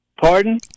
Pardon